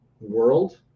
world